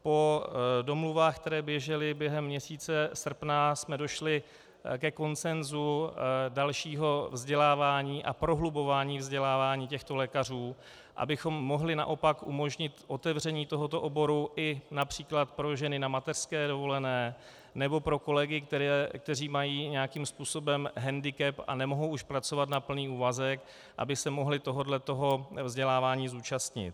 Po domluvách, které běžely během měsíce srpna, jsme došli ke konsenzu dalšího vzdělávání a prohlubování vzdělávání těchto lékařů, abychom mohli naopak umožnit otevření tohoto oboru i např. pro ženy na mateřské dovolené nebo pro kolegy, kteří mají nějakým způsobem hendikep a nemohou už pracovat na plný úvazek, aby se mohli tohoto vzdělávání zúčastnit.